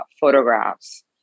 photographs